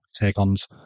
take-ons